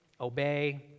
obey